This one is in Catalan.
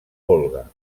volga